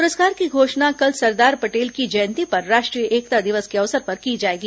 पुरस्कार की घोषणा कल सरदार पटेल की जयंती पर राष्ट्रीय एकता दिवस के अवसर पर की जाएगी